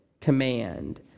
command